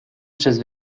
przez